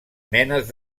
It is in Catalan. menes